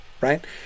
right